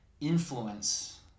influence